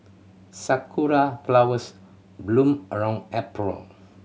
sakura flowers bloom around April